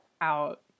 out